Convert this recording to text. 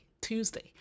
Tuesday